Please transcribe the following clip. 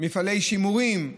מפעלי שימורים,